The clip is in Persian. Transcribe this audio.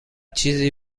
چیزی